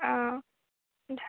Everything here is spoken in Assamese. অঁ